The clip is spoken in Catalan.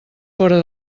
fora